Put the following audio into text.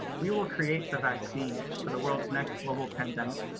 we will create the vaccine for the world's next global pandemic.